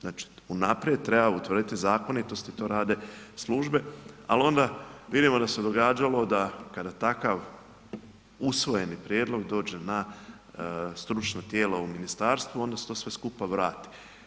Znači unaprijed treba utvrditi zakonitost i to rade službe, ali onda vidimo da se događalo da kada takav usvojeni prijedlog dođe na stručno tijelo u ministarstvo onda se to sve skupa vrati.